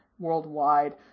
worldwide